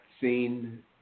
seen